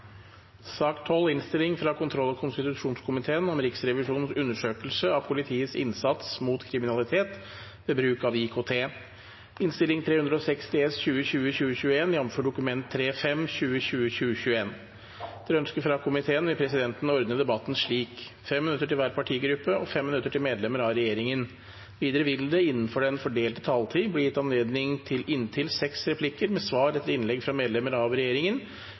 fra kontroll- og konstitusjonskomiteen vil presidenten ordne debatten slik: 5 minutter til hver partigruppe og 5 minutter til medlemmer av regjeringen. Videre vil det – innenfor den fordelte taletid – bli gitt anledning til inntil seks replikker med svar etter innlegg fra medlemmer av regjeringen,